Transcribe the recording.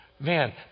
man